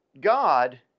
God